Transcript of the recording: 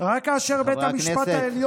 רק כאשר בית המשפט העליון,